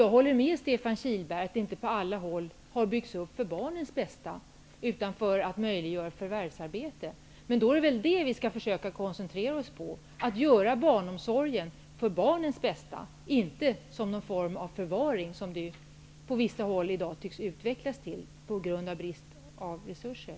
Jag håller med Stefan Kihlberg om att barnomsorgen inte på alla håll har byggts upp för barnens bästa, utan för att möjliggöra förvärvsarbete. Då måste vi väl försöka koncentrera oss på att inrätta barn omsorg för barnens bästa och inte som någon form av förvaring, som den på vissa håll i dag tycks utvecklas till som en följd av bristen på re surser.